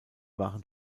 waren